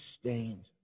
stained